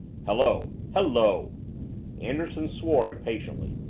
hello hello anderson swore impatiently.